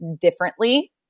differently